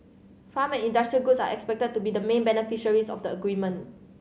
farm and industrial goods are expected to be the main beneficiaries of the agreement